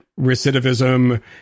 recidivism